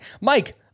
Mike